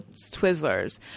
Twizzlers